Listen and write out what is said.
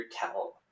tell